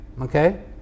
Okay